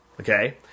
okay